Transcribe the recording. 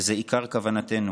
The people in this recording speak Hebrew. וזה עיקר כוונתנו.